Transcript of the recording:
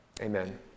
Amen